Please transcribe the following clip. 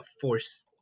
force